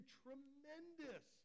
tremendous